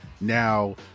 now